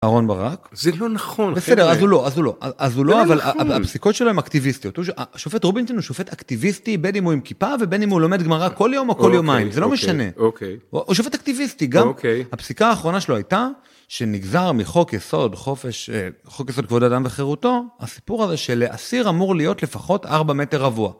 אהרון ברק. זה לא נכון. בסדר, אז הוא לא, אז הוא לא. אז הוא לא, אבל הפסיקות שלו הם אקטיביסטיות. שופט רובינטין הוא שופט אקטיביסטי בין אם הוא עם כיפה, ובין אם הוא לומד גמרא כל יום או כל יומיים, זה לא משנה. או-קיי. הוא שופט אקטיביסטי, גם הפסיקה האחרונה שלו הייתה.. שנגזר מחוק יסוד חופש, חוק יסוד כבוד אדם וחירותו, הסיפור הזה שלאסיר אמור להיות לפחות 4 מטר רבוע.